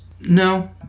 No